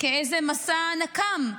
כאיזה מסע נקם.